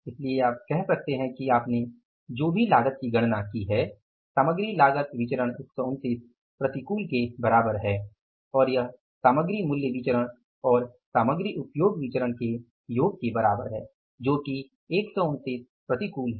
इसलिए आप कह सकते हैं कि आपने जो भी लागत की गणना की है सामग्री लागत विचलन 129 प्रतिकूल के बराबर है और यह सामग्री मूल्य विचरण और सामग्री उपयोग विचरण के योग के बराबर है जो की 129 प्रतिकूल है